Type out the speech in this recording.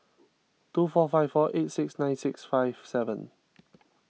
two four five four eight six nine six five seven